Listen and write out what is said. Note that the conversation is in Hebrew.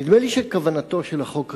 נדמה לי שכוונתו של החוק רצויה,